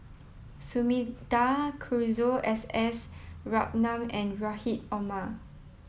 Sumida Haruzo S S Ratnam and Rahim Omar